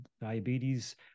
diabetes